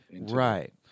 Right